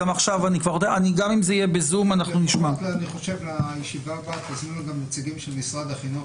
אני חושב שלישיבה הבאה תזמינו גם נציגים של משרד החינוך,